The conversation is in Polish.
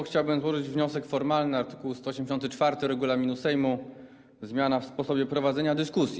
Chciałbym złożyć wniosek formalny, art. 184 regulaminu Sejmu: zmiana w sposobie prowadzenia dyskusji.